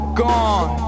gone